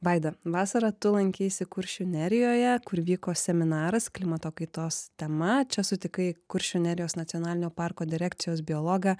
vaida vasarą tu lankeisi kuršių nerijoje kur vyko seminaras klimato kaitos tema čia sutikai kuršių nerijos nacionalinio parko direkcijos biologą